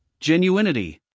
Genuinity